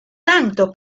tanto